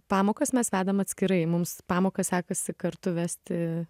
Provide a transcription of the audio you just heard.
pamokas mes vedam atskirai mums pamokas sekasi kartu vesti